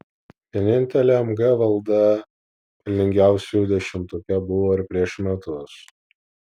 vienintelė mg valda pelningiausiųjų dešimtuke buvo ir prieš metus